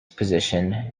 position